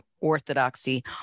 orthodoxy